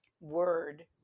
word